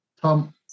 Tom